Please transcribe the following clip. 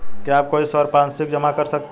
क्या आप कोई संपार्श्विक जमा कर सकते हैं?